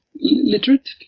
literate